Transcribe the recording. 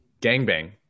Gangbang